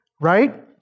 right